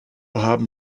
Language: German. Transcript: haben